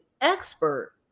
expert